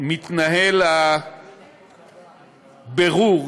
מתנהל הבירור